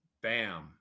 bam